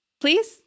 Please